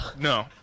No